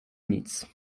nic